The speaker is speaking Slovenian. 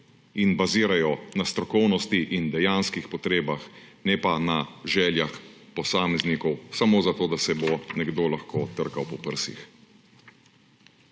in bazirajo na strokovnosti in dejanskih potrebah, ne pa na željah posameznikov samo zato, da se bo nekdo lahko trkal po prsih.